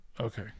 Okay